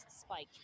spike